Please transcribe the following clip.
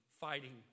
fighting